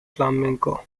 flamenco